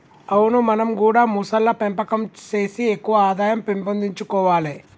అవును మనం గూడా మొసళ్ల పెంపకం సేసి ఎక్కువ ఆదాయం పెంపొందించుకొవాలే